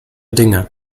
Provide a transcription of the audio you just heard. dinge